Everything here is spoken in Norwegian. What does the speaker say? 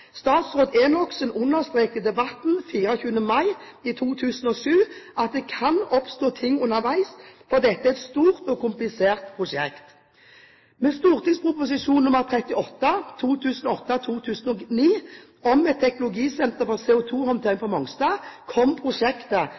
Statsråd Enoksen understreket i debatten 24. mai i 2007 at det kunne oppstå ting underveis, for dette var et stort og komplisert prosjekt. Med St.prp. nr. 38 for 2008–2009 om et teknologisenter for CO2-håndtering på Mongstad gikk prosjektet